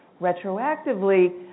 retroactively